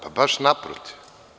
Pa, baš naprotiv.